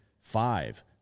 Five